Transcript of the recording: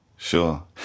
Sure